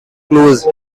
close